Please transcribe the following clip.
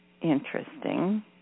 interesting